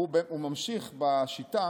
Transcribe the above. ממשיך בשיטה